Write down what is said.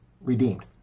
redeemed